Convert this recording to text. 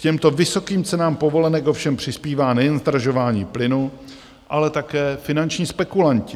K těmto vysokým cenám povolenek ovšem přispívá nejen zdražování plynu, ale také finanční spekulanti.